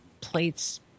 plates